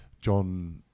John